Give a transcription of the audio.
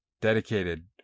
dedicated